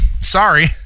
Sorry